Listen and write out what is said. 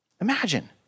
Imagine